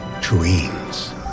dreams